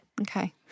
okay